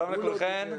שלום לכולכן.